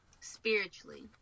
spiritually